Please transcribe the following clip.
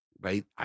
right